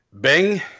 Bing